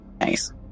nice